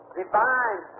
divine